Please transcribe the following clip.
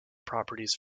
properties